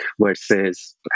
versus